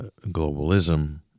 Globalism